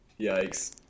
Yikes